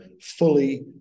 fully